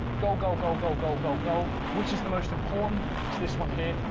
go, go, go, go, go, go go which is the most important is this one here?